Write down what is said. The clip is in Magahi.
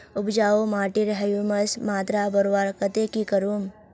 उपजाऊ माटिर ह्यूमस मात्रा बढ़वार केते की करूम?